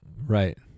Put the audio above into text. Right